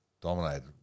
dominated